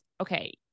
okay